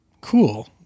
Cool